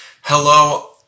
Hello